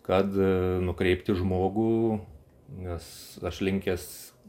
kad nukreipti žmogų nes aš linkęs